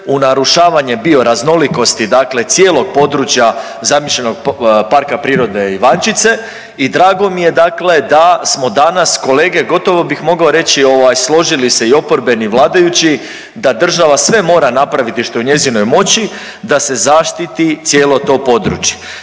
u narušavanje bioraznolikosti, dakle cijelog područja zamišljenog PP Ivančice i drago mi je dakle da smo danas kolege gotovo bih mogao reći ovaj složili se i oporbeni i vladajući da država sve mora napraviti što je u njezinoj moći da se zaštiti cijelo to područje.